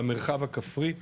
במרחב הכפרי,